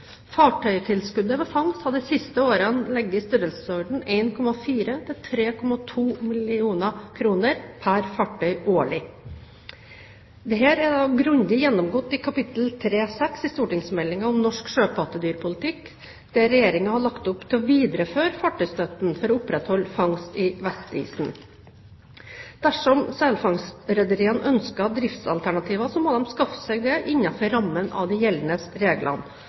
Fartøytilskuddet ved fangst har de siste årene ligget i størrelsesorden 1,4 til 3,2 mill. kr pr. fartøy årlig. Dette er grundig gjennomgått i kapittel 3.6 i stortingsmeldingen om norsk sjøpattedyrpolitikk, hvor Regjeringen har lagt opp til å videreføre fartøystøtten for å opprettholde fangst i Vestisen. Dersom selfangstrederiene ønsker driftsalternativer, må de skaffe seg det innenfor rammene av de gjeldende